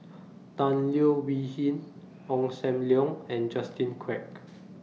Tan Leo Wee Hin Ong SAM Leong and Justin Quek